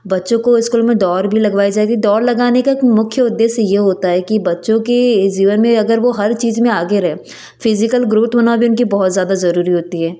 बच्चों को स्कूल में दौड़ भी लगवाई जाएगी दौड़ लगाने का एक मुख्य उद्देश्य यह होता है कि बच्चों के ये जीवन में अगर वो हर चीज में आगे रहे फिज़िकल ग्रोथ होना भी उनकी बहुत ज़्यादा ज़रूरी होती है